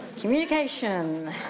Communication